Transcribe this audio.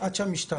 עד שהמשטרה תגיע.